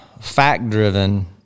fact-driven